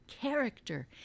character